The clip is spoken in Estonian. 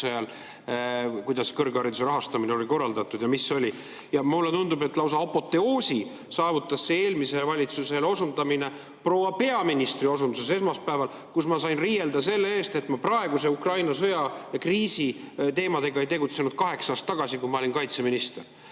ajal kõrghariduse rahastamine oli korraldatud. Mulle tundub, et lausa apoteoosi saavutas see eelmisele valitsusele osundamine proua peaministri osunduses esmaspäeval, kui ma sain riielda selle eest, et ma praeguse Ukraina sõja ja kriisi teemadega ei tegelenud kaheksa aastat tagasi, kui ma olin kaitseminister.